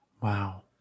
Wow